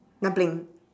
dumpling